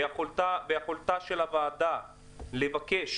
ביכולתה של הוועדה לבקש